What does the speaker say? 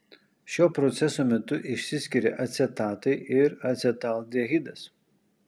šio proceso metu išsiskiria acetatai ir acetaldehidas